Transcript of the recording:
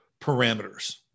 parameters